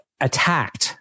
attacked